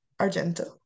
Argento